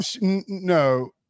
no